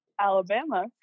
Alabama